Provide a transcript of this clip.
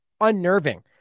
unnerving